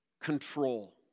control